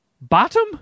bottom